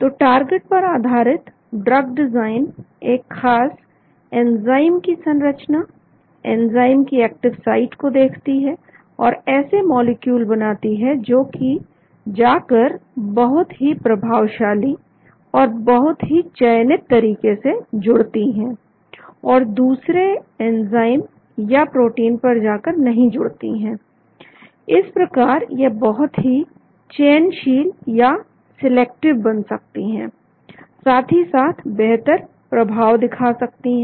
तो टारगेट पर आधारित ड्रग डिजाइन एक खास एंजाइम की संरचना एंजाइम की एक्टिव साइट को देखती हैं और ऐसे मॉलिक्यूल बनाती हैं जो कि जाकर बहुत ही प्रभावशाली और बहुत ही चयनित तरीके से जुड़ती हैं और दूसरे एंजाइम या प्रोटीन पर जाकर नहीं जुड़ती है इस प्रकार यह बहुत ही चयन शील या सिलेक्टिव बन सकती हैं साथ ही साथ बेहतर प्रभाव दिखा सकती हैं